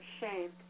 Shame